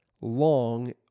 long